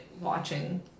watching